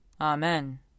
Amen